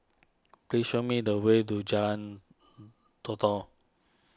please show me the way to Jalan Todak